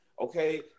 okay